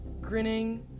grinning